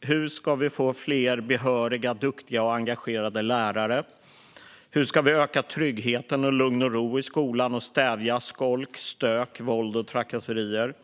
Hur ska vi få fler behöriga, duktiga och engagerade lärare? Hur ska vi öka tryggheten, lugn och ro i skolan och stävja skolk, stök, våld och trakasserier?